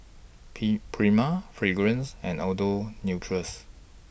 P Prima Fragrance and Andalou Naturals